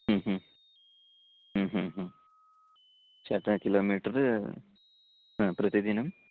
शतं किलोमीटर् हा प्रतिदिनं